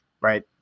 right